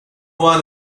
one